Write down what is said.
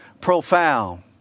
profound